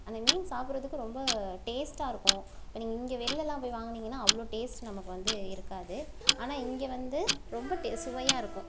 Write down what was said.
அந்த மீன் சாப்பிடுறதுக்கு ரொம்ப டேஸ்ட்டாக இருக்கும் இப்போ நீங்கள் இங்கே வெளிலலாம் போய் வாங்குனீங்கன்னா அவ்வளோ டேஸ்ட் நமக்கு வந்து இருக்காது ஆனால் இங்கே வந்து ரொம்ப டே சுவையாக இருக்கும்